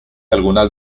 algunas